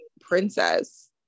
princess